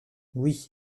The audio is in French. oui